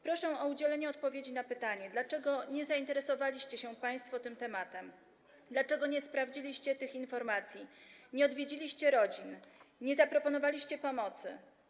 Proszę o udzielenie odpowiedzi na pytanie, dlaczego nie zainteresowaliście się państwo tym tematem, dlaczego nie sprawdziliście tych informacji, nie odwiedziliście rodzin, nie zaproponowaliście pomocy.